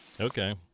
Okay